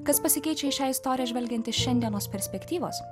kas pasikeičia į šią istoriją žvelgiant iš šiandienos perspektyvos